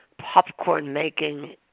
popcorn-making